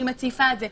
אני מציפה את זה.